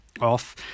off